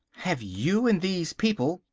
have you and these people,